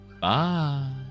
Bye